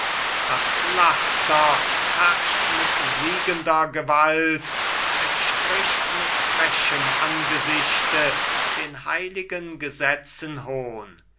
das laster herrscht mit siegender gewalt es spricht mit frechem angesichte den heiligen gesetzen hohn